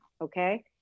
Okay